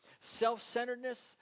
Self-centeredness